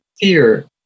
Fear